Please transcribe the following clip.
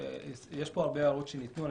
יש פה הרבה הערות שניתנו,